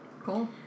Cool